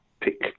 pick